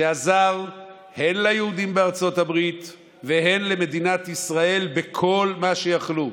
שעזרו הן ליהודים בארצות הברית והן למדינת ישראל בכל מה שיכלו.